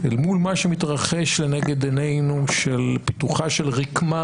אל מול מה שמתרחש לנגד עיננו של פיתוחה של רקמה